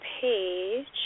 page